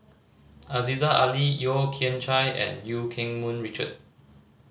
Aziza Ali Yeo Kian Chye and Eu Keng Mun Richard